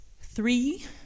three